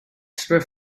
should